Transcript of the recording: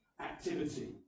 activity